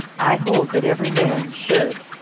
i hold that every man should,